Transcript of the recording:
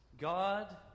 God